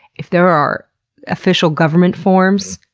if there are official government forms,